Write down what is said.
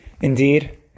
Indeed